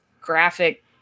graphic